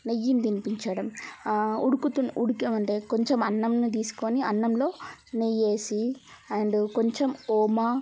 నెయ్యిని తినిపించడం ఉడుకుతున్న ఉడుకు అంటే కొంచెం అన్నంనీ తీసుకొని అన్నంలో నెయ్యి వేసి అండ్ కొంచెం ఓమా